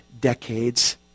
decades